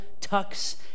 tucks